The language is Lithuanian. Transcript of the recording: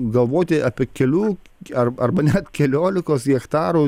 galvoti apie kelių ar arba net keliolikos hektarų